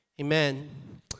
Amen